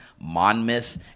Monmouth